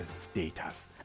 status